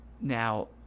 Now